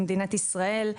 במדינת ישראל,